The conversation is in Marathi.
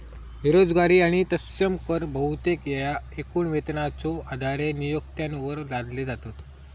बेरोजगारी आणि तत्सम कर बहुतेक येळा एकूण वेतनाच्यो आधारे नियोक्त्यांवर लादले जातत